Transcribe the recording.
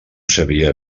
sabia